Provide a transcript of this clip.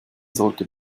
sollte